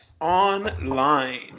Online